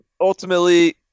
ultimately